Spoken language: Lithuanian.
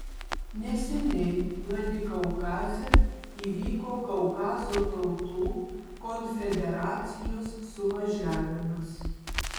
neseniai vladikaukaze įvyko kaukazo tautų konfederacijos suvažiavimas